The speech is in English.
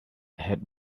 had